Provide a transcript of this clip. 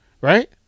Right